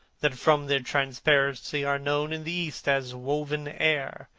that from their transparency are known in the east as woven air,